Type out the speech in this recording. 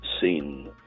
seen